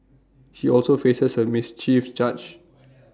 he also faces A mischief charge